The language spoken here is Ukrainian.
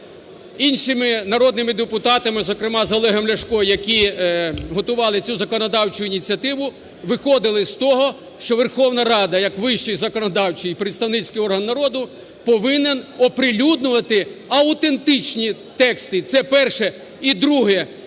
іншими народними депутатами, зокрема з Олегом Ляшком, які готували цю законодавчу ініціативу, виходили з того, що Верховна Рада як вищий законодавчий і представницький орган народу повинен оприлюднювати аутентичні тексти. Це перше. І друге.